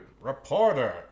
Reporter